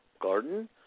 Garden